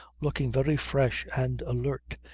looking very fresh and alert,